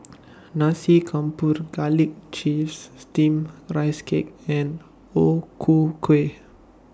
Nasi Campur Garlic Chives Steamed Rice Cake and O Ku Kueh